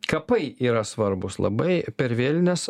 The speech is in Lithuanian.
kapai yra svarbūs labai per vėlines